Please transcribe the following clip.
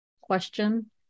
question